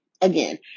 again